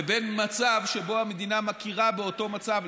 לבין מצב שבו המדינה מכירה באותו מצב,